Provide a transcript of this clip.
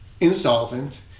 insolvent